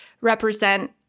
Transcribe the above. represent